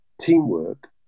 teamwork